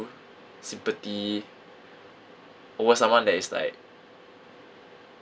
sympathy over someone that is like